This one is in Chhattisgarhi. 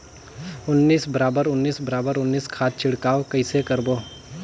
उन्नीस बराबर उन्नीस बराबर उन्नीस खाद छिड़काव कइसे करबो?